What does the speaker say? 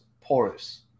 porous